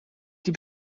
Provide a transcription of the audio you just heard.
die